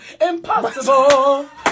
impossible